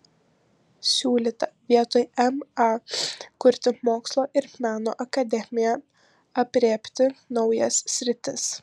siūlyta vietoj ma kurti mokslo ir meno akademiją aprėpti naujas sritis